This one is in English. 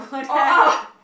oh oh